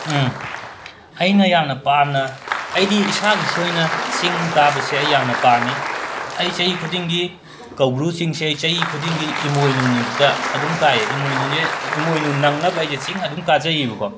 ꯎꯝ ꯑꯩꯅ ꯌꯥꯝꯅ ꯄꯥꯝꯅ ꯑꯩꯒꯤ ꯏꯁꯥꯒꯤꯁꯨ ꯑꯣꯏꯅ ꯆꯤꯡ ꯀꯥꯕꯁꯦ ꯑꯩ ꯌꯥꯝꯅ ꯄꯥꯝꯃꯤ ꯑꯩ ꯆꯍꯤ ꯈꯨꯗꯤꯡꯒꯤ ꯀꯧꯕ꯭ꯔꯨ ꯆꯤꯡꯁꯦ ꯆꯍꯤ ꯈꯨꯗꯤꯡꯒꯤ ꯏꯃꯣꯏꯅꯨ ꯅꯨꯃꯤꯠꯇ ꯑꯗꯨꯝ ꯀꯥꯏꯌꯦ ꯏꯃꯣꯏꯅꯨꯁꯦ ꯏꯃꯣꯏꯅꯨ ꯅꯪꯅꯕ ꯑꯩꯁꯦ ꯆꯤꯡ ꯑꯗꯨꯝ ꯀꯥꯖꯩꯌꯦꯕꯀꯣ